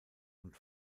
und